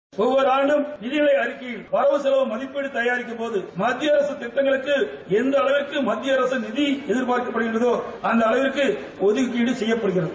seconds ஒவ்வொரு ஆண்டும் நிதிநிலை அறிக்கையில் வரவு செலவு மதிப்பீடு தயாரிக்கும்போது மத்திய அரக திட்டங்களுக்கு எந்த அளவிற்கு மத்திய அரக நிதி எகிர்பார்க்கப்படுகிறதோ அந்த அளவுக்கு ஒதுக்கீடு செய்யட்படுகிறது